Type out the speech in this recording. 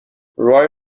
roy